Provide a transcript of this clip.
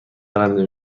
برنده